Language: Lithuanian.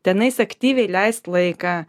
tenais aktyviai leist laiką